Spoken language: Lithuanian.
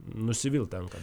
nusivilt tenka